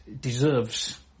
deserves